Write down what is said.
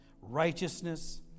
righteousness